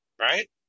Right